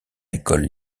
école